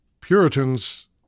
Puritans